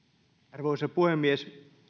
arvoisa puhemies